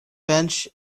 bench